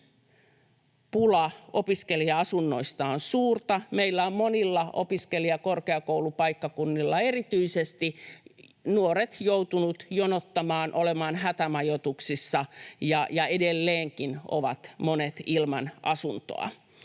pula opiskelija-asunnoista on suurta, meillä on monilla opiskelijakorkeakoulupaikkakunnilla erityisesti nuoret joutuneet jonottamaan, olemaan hätämajoituksissa ja edelleenkin ovat monet ilman asuntoa.